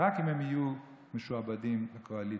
רק אם הם יהיו משועבדים לקואליציה.